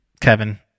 Kevin